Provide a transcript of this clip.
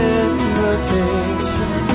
invitation